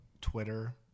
Twitter